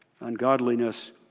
Ungodliness